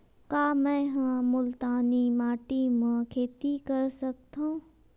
का मै ह मुल्तानी माटी म खेती कर सकथव?